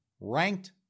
ranked